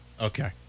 Okay